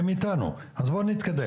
איתנו, אז בוא נתקדם.